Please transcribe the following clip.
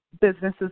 businesses